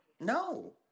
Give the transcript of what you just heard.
No